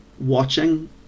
watching